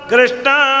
Krishna